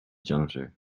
janitor